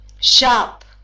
sharp